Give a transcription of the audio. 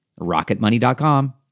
Rocketmoney.com